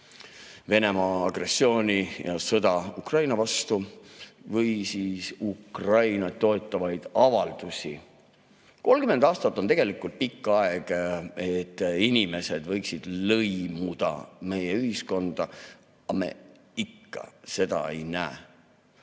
Venemaa agressiooni ja sõda Ukraina vastu ega ole teinud Ukrainat toetavaid avaldusi. 30 aastat on tegelikult pikk aeg. Inimesed võiksid olla lõimunud meie ühiskonda, aga me ikka seda ei näe.